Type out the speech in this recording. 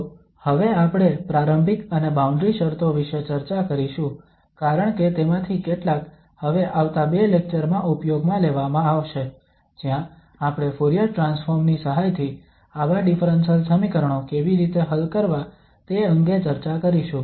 તો હવે આપણે પ્રારંભિક અને બાઉન્ડ્રી શરતો વિશે ચર્ચા કરીશું કારણ કે તેમાંથી કેટલાક હવે આવતા બે લેક્ચરમાં ઉપયોગમાં લેવામાં આવશે જ્યાં આપણે ફુરીયર ટ્રાન્સફોર્મ ની સહાયથી આવા ડિફરન્સલ સમીકરણો કેવી રીતે હલ કરવા તે અંગે ચર્ચા કરીશું